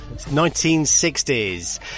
1960s